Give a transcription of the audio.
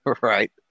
Right